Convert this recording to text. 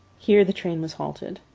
here the train was halted.